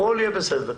הכול יהיה בסדר.